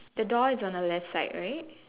the door is on the left side right